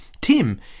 Tim